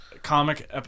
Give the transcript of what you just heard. comic